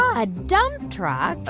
a dump truck.